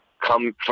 come